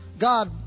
God